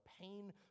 Pain